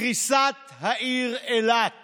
קריסת העיר אילת